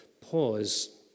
pause